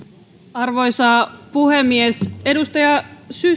arvoisa puhemies edustaja